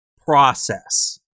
process